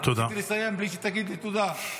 רציתי לסיים בלי שתגיד לי תודה.